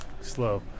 slow